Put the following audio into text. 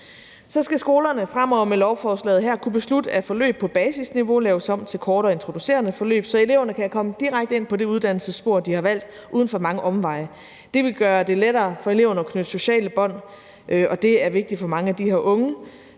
Så skal skolerne med lovforslaget fremover kunne beslutte, at forløb på basisniveau laves om til korte og introducerende forløb, så eleverne kan komme direkte ind på det uddannelsesspor, de har valgt, uden for mange omveje. Det vil gøre det lettere for eleverne at knytte sociale bånd, og det er vigtigt for mange af de her unge.